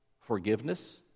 forgiveness